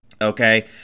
Okay